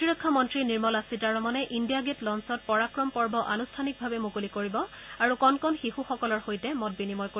প্ৰতিৰক্ষা মন্ত্ৰী নিৰ্মলা সীতাৰমণে ইণ্ডিয়া গেট লন্ছত পৰাক্ৰম পৰ্ব আনুষ্ঠানিকভাৱে মুকলি কৰিব আৰু কণ কণ শিশুসকলৰ সৈতে মত বিনিময় কৰিব